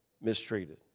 mistreated